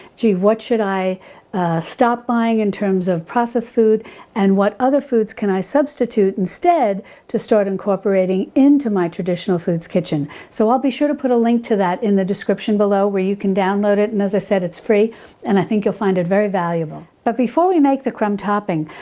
gee, what should i stop buying in terms of processed food and what other foods can i substitute instead to start incorporating into my traditional foods kitchen? so i'll be sure to put a link to that in the description below where you can download it. and as i said, it's free and i think you'll find it very valuable. but before we make the crumb topping,